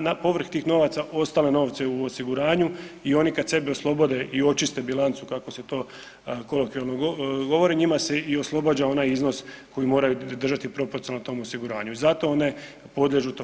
na povrh tih novaca ostale novce u osiguranju i oni kad sebi oslobode i očiste bilancu kako se to kolokvijalno govori njima se i oslobađa onaj iznos koji moraju držati proporcionalno tom osiguranju i zato one podliježu tome.